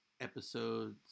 episodes